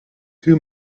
two